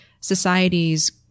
societies